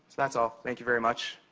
that's all. thank you very much.